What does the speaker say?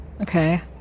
Okay